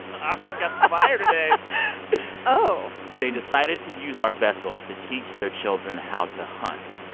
ari's got the fire today oh they decided to use our vessel to teach their children how to hunt.